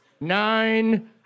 Nine